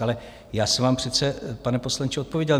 Ale já jsem vám přece, pane poslanče, odpověděl.